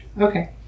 Okay